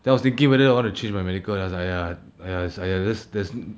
then I was thinking whether I want to change my medical then I was like !aiya! !aiya! !aiya! just there's